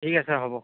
ঠিক আছে হ'ব